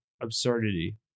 absurdity